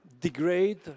degrade